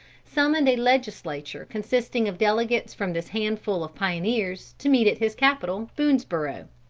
summoned a legislature consisting of delegates from this handful of pioneers, to meet at his capital, boonesborough.